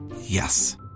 yes